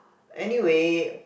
anyway